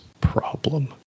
problem